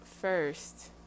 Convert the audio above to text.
first